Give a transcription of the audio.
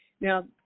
Now